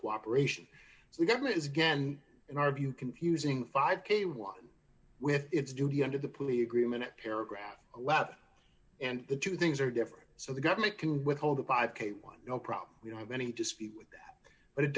cooperation so the government is again in our view confusing five k one with its duty under the police agreement paragraph a lot and the two things are different so the government can withhold the five k one no problem we don't have any dispute with that but it